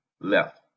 left